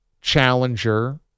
challenger